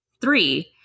Three